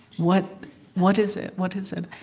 what what is it? what is it?